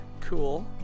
cool